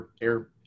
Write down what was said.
air